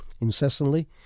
incessantly